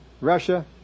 Russia